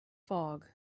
fog